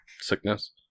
sickness